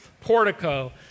portico